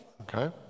Okay